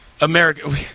America